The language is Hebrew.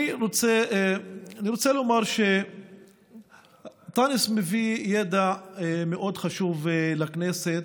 אני רוצה לומר שאנטאנס מביא ידע מאוד חשוב לכנסת,